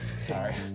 Sorry